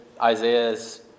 Isaiah's